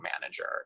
manager